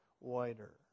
wider